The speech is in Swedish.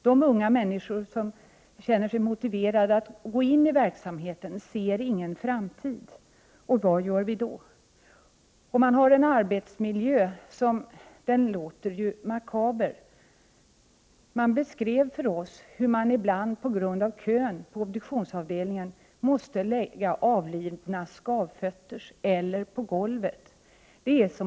De unga människor som känner sig motiverade att gå in i denna verksamhet ser ingen framtid. Vad gör vi då? Man har där en arbetsmiljö som verkar makaber. Man beskrev för oss hur man ibland på obduktionsavdelningen måste lägga avlidna skafföttes eller på golvet.